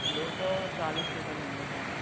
दौ सौ चालीस रुपये लूँगा सर मैं